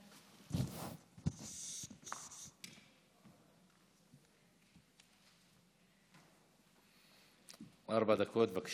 ארבע דקות.